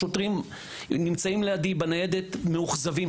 השוטרים נמצאים לידי בניידת, מאוכזבים.